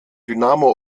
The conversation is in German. dynamo